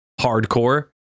hardcore